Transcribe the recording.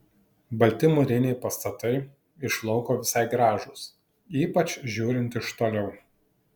balti mūriniai pastatai iš lauko visai gražūs ypač žiūrint iš toliau